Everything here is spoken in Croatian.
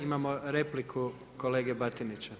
Imamo repliku kolege Batinića.